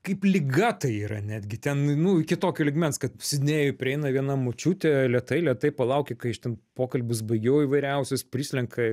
kaip liga tai yra netgi ten nu iki tokio lygmens kad sidnėjuj prieina viena močiutė lėtai lėtai palaukia kai aš ten pokalbius baigiau įvairiausius prislenka